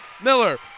Miller